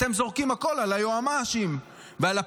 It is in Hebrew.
אתם זורקים הכול על היועמ"שים ועל הפקידים.